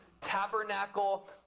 tabernacle